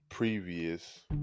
Previous